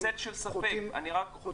אין צל של ספק, אני רק מדבר על הכיוון של הדיון.